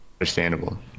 Understandable